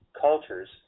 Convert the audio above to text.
cultures